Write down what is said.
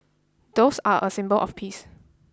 doves are a symbol of peace